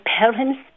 parents